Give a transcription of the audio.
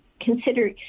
consider